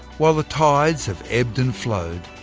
while the tides have ebbed and flowed,